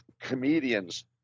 comedians